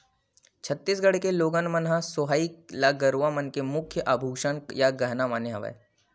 छत्तीसगढ़ के लोगन मन ह सोहई ल गरूवा मन के मुख्य आभूसन या गहना माने हवय